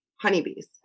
honeybees